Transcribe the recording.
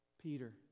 Peter